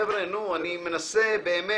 חבר'ה, אני מנסה באמת.